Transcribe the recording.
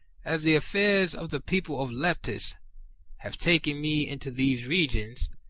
as the affairs of the people of leptis have taken me into these regions,